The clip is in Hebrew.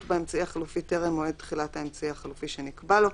באמצעי החלופי טרם מועד תחילת האמצעי החלופי שנקבע לו,